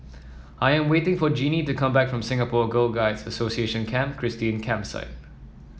I am waiting for Genie to come back from Singapore Girl Guides Association Camp Christine Campsite